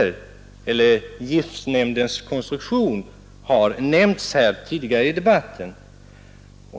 Giftnämndens konstruktion har tidigare nämnts i denna debatt.